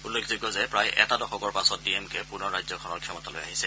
উল্লেখযোগ্য যে প্ৰায় এটা দশকৰ পাছত ডি এম কে পুনৰ ৰাজ্যখনৰ ক্ষমতালৈ আহিছে